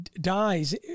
Dies